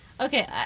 Okay